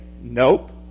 nope